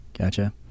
Gotcha